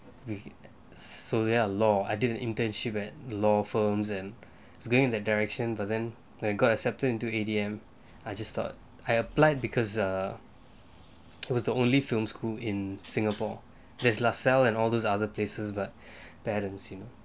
suria law I did an internship at law firms and going in that direction but then when I got accepted into A_D_M I just thought I applied because err it was the only film school in singapore there's lasalle and all those other places but balancing